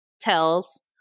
tells